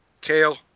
Kale